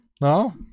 no